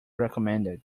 recommended